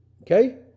Okay